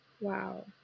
Wow